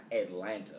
Atlanta